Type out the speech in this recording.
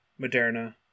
Moderna